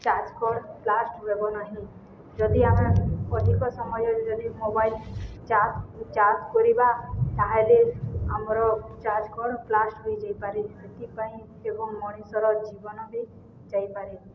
charge cord blast ହବ ନାହିଁ ଯଦି ଆମେ ଅଧିକ ସମୟରେ ଯଦି ମୋବାଇଲ ଚାର୍ଜ ଚାର୍ଜ କରିବା ତାହେଲେ ଆମର ଚାର୍ଜ କର୍ଡ଼ ବ୍ଲାଷ୍ଟ ହୋଇଯାଇପାରେ ସେଥିପାଇଁ ଏବଂ ମଣିଷର ଜୀବନ ବି ଯାଇପାରେ